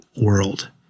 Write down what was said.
world